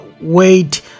wait